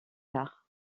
tard